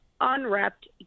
unwrapped